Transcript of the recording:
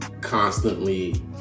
constantly